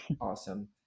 Awesome